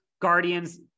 Guardians